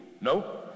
no